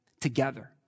together